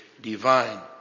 divine